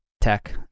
tech